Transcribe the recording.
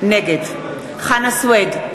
נגד חנא סוייד,